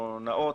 נאות,